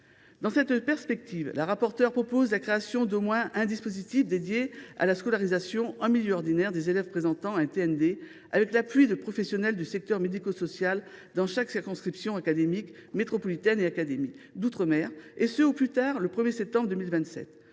Dans cette perspective, la rapporteure propose la création d’au moins un dispositif dédié à la scolarisation en milieu ordinaire des élèves présentant un TND, avec l’appui de professionnels du secteur médico social, dans chaque circonscription académique métropolitaine et académie d’outre mer, et ce au plus tard le 1 septembre 2027.